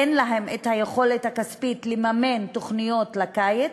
אין להן היכולת הכספית לממן תוכניות לקיץ.